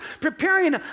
preparing